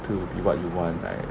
to be what you want right